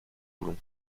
voulons